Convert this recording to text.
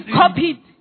copied